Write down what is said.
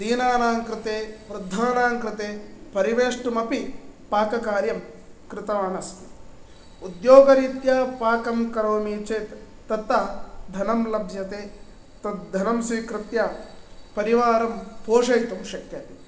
दीनानां कृते वृद्धानां कृते परिवेष्टुमपि पाककार्यं कृतवान् अस्मि उद्योगरीत्या पाकं करोमि चेत् तथा धनं लभ्यते तद्धनं स्वीकृत्य परिवारं पोषयितुं शक्यते